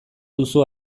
duzu